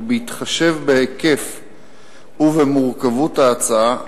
ובהתחשב בהיקף ובמורכבות של ההצעה,